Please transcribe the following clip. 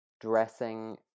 dressing